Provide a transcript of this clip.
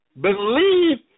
believe